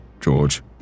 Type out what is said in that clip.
George